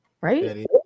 right